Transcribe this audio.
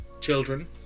children